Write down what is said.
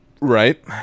Right